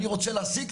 אני רוצה להשיג,